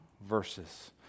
verses